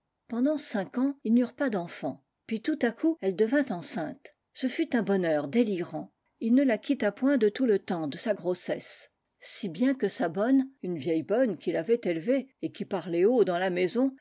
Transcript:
pendant cinq ans ils n'eurent pas d'enfants puis tout à coup elle devint enceinte ce fut un bonheur délirant il ne la quitta point de tout le temps de sa grossesse si bien que sa bonne une vieille bonne qui l'avait élevé et qui parlait haut dans la maison